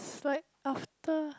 is like after